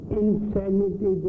insanity